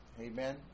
Amen